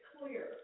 clear